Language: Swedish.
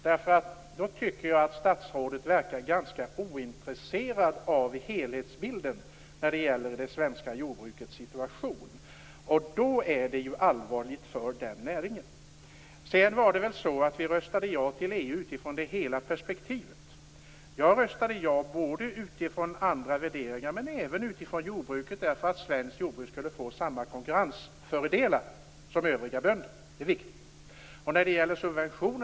Jag tycker nämligen att statsrådet verkar ganska ointresserad av helhetsbilden när det gäller det svenska jordbrukets situation, och då är det allvarligt för den näringen. Vi röstade ja till EU utifrån ett helhetsperspektiv. Jag röstade ja utifrån andra värderingar, men också utifrån jordbruket, för att svenskt jordbruk skulle få samma konkurrensfördelar som övriga bönder. Det är viktigt.